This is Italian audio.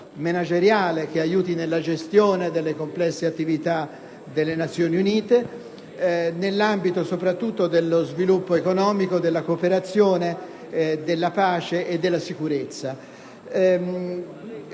manageriale, che aiuti nella gestione delle complesse attività delle Nazioni Unite, soprattutto nell'ambito dello sviluppo economico, della cooperazione, della pace e della sicurezza.